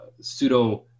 pseudo